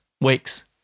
weeks